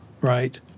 right